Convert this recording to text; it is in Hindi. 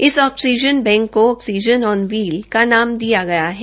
इस ऑक्सीजन बैंक को ऑक्सीजन आन व्हील का नाम दिया गया है